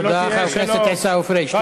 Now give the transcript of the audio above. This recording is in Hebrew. תודה רבה, חבר הכנסת עיסאווי פריג'.